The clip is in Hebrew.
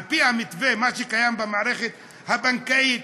על פי המתווה הקיים במערכת הבנקאית,